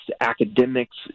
academics